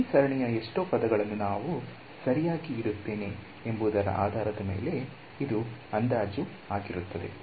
ಈ ಸರಣಿಯ ಎಷ್ಟು ಪದಗಳನ್ನು ನಾನು ಸರಿಯಾಗಿ ಇಡುತ್ತೇನೆ ಎಂಬುದರ ಆಧಾರದ ಮೇಲೆ ಇದು ಅಂದಾಜು ಆಗಿರುತ್ತದೆ